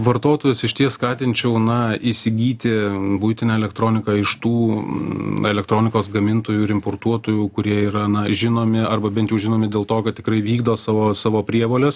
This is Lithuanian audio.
vartotojus išties skatinčiau na įsigyti buitinę elektroniką iš tų na elektronikos gamintojų ir importuotojų kurie yra na žinomi arba bent jau žinomi dėl to kad tikrai vykdo savo savo prievoles